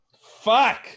Fuck